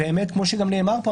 כמו שנאמר פה,